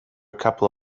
couple